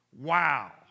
wow